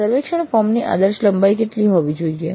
સર્વેક્ષણ ફોર્મ ની આદર્શ લંબાઈ કેટલી હોવી જોઈએ